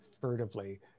furtively